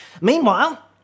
Meanwhile